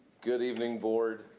good evening board.